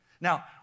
Now